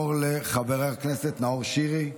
נעבור לחבר הכנסת נאור שירי.